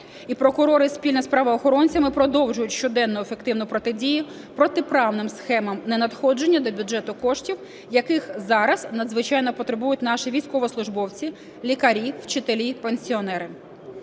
І прокурори спільно з правоохоронцями продовжують щоденну ефективну протидію протиправним схемам ненадходження до бюджету коштів, яких зараз надзвичайно потребують наші військовослужбовці, лікарі, вчителі, пенсіонери.